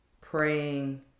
praying